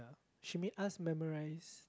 she made us memorize